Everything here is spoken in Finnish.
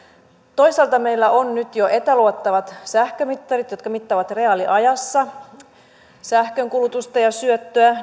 toisaalta kun meillä on nyt jo etäluettavat sähkömittarit jotka mittaavat reaaliajassa sähkönkulutusta ja syöttöä